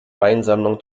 weinsammlung